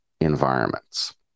environments